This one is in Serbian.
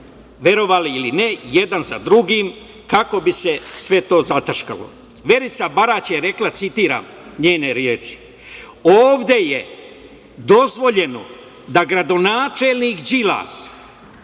verovali ili ne jedan za drugim, kako bi se sve to zataškalo. Verica Barać je rekla, citiram njene reči - ovde je dozvoljeno da gradonačelnik Đilas